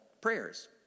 prayers